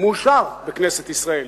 מאושר בכנסת ישראל.